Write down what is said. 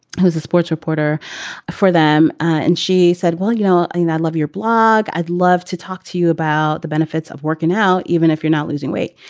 who's a sports reporter for them. and she said, well, you know, i and love your blog. i'd love to talk to you about the benefits of working out, even if you're not losing weight.